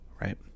right